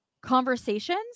conversations